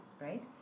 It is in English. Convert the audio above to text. Right